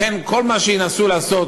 לכן, כל מה שינסו לעשות,